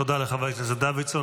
תודה לחבר הכנסת דוידסון.